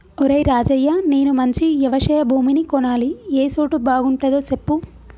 ఒరేయ్ రాజయ్య నేను మంచి యవశయ భూమిని కొనాలి ఏ సోటు బాగుంటదో సెప్పు